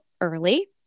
early